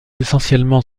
essentiellement